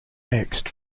next